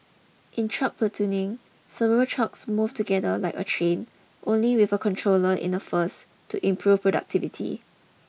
in truck platooning several trucks move together like a train only with a controller in the first to improve productivity